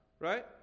right